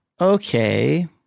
okay